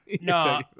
No